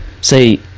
say